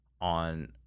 on